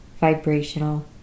vibrational